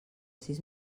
sis